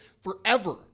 forever